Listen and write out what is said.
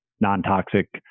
non-toxic